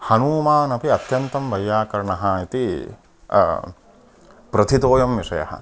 हनुमानपि अत्यन्तं वैयाकरणः इति प्रथितोयं विषयः